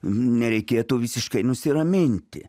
nereikėtų visiškai nusiraminti